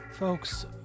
Folks